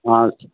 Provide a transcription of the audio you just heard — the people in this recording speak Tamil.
ஆ